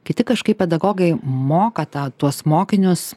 kiti kažkaip pedagogai moka tą tuos mokinius